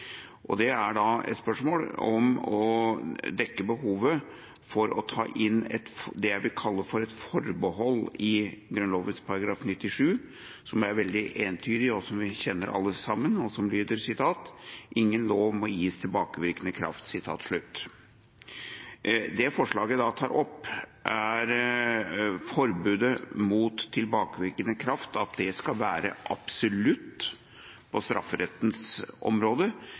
Det er et spørsmål om å dekke behovet for å ta inn det jeg vil kalle et forbehold i Grunnloven § 97, som er veldig entydig, som vi alle sammen kjenner, og som lyder: «Ingen lov må gis tilbakevirkende kraft.» Det som forslaget tar opp, er at forbudet mot tilbakevirkende kraft skal være absolutt på strafferettens område,